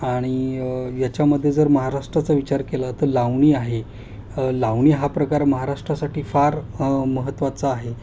आणि याच्यामध्ये जर महाराष्ट्राचा विचार केला तर लावणी आहे लावणी हा प्रकार महाराष्ट्रासाठी फार महत्त्वाचा आहे